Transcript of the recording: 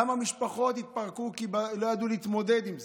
כמה משפחות התפרקו כי הן לא ידעו להתמודד עם זה?